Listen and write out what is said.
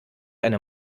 eine